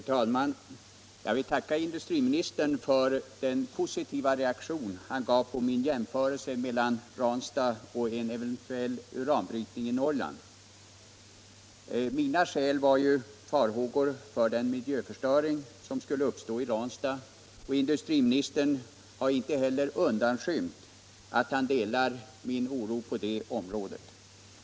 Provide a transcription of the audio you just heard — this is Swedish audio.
Herr talman! Jag tackar industriministern för hans positiva reaktion på min jämförelse mellan Ranstad och en eventuell uranbrytning i Norrland. Mina skäl var ju farhågor för den miljöförstöring som skulle uppstå i Ranstad, och industriministern har inte undanskymt att han delar min oro i det avseendet.